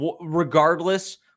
regardless